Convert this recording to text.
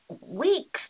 weeks